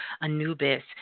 Anubis